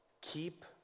Keep